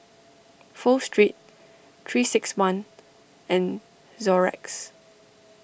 Pho Street three six one and Xorex